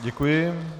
Děkuji.